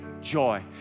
joy